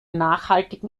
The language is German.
nachhaltigen